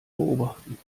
beobachten